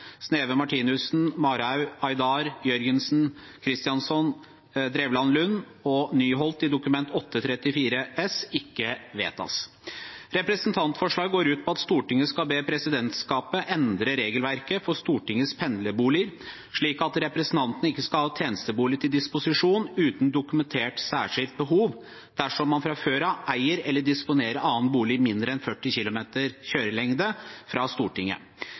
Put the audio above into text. Sneve Martinussen, Marhaug, Aydar, Jørgensen, Kristjánsson, Drevland Lund og Bae Nyholt i Dokument 8:34 S for 2021–2022 ikke vedtas. Representantforslaget går ut på at Stortinget skal be presidentskapet endre regelverket for Stortingets pendlerboliger, slik at «representanter ikke skal ha tjenestebolig til disposisjon uten dokumentert særskilt behov, dersom man fra før av eier eller disponerer annen bolig mindre enn 40 km kjørelengde fra Stortinget».